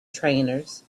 trainers